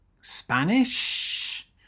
spanish